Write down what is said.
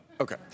Okay